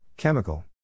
Chemical